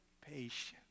patience